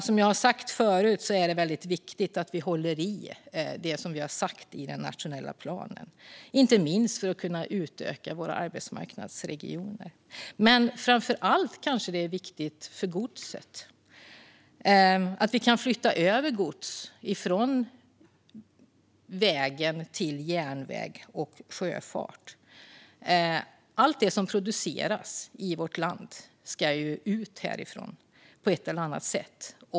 Som jag sagt förut är det väldigt viktigt att vi håller i det som vi har sagt i den nationella planen, inte minst för att kunna utöka våra arbetsmarknadsregioner. Framför allt kanske det är viktigt för godset, så att vi kan flytta över gods från väg till järnväg och sjöfart. Allt det som produceras i vårt land ska ju ut härifrån på ett eller annat sätt.